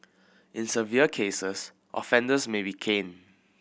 in severe cases offenders may be caned